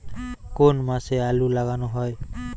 কোন মাসে আলু লাগানো হয়?